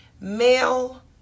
male